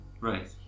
Right